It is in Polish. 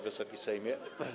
Wysoki Sejmie!